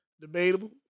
Debatable